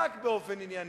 רק באופן ענייני,